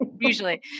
usually